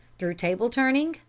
through table-turning,